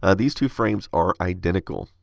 ah these two frames are identical.